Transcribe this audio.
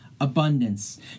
abundance